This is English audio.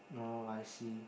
no I see